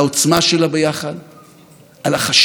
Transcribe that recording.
על ההבנה שאם לא נהיה פה ביחד